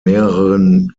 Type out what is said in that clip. mehreren